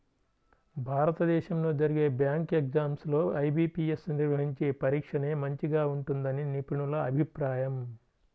భారతదేశంలో జరిగే bank exams లో ఐ.బీ.పీ.యస్ నిర్వహించే పరీక్షనే మంచిగా ఉంటుందని నిపుణుల అభిప్రాయం